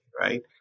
Right